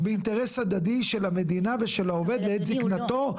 באינטרס הדדי של המדינה ושל העובד לעת זקנתו,